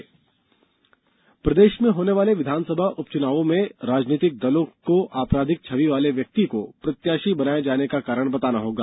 आयोग निर्देश प्रदेश में होने वाले विधानसभा उपचुनावों में राजनीतिक दलों को अपराधिक छवि वाले व्यक्ति को प्रत्याशी बनाये जाने का कारण बताना होगा